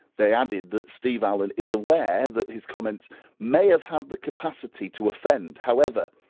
they added that steve allen is aware that his comments may have had the capacity to offend. however,